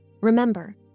Remember